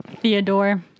Theodore